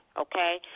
okay